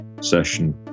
session